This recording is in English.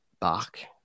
back